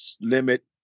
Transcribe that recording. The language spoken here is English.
limit